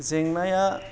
जेंनाया